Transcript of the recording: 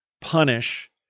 punish